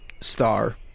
star